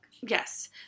Yes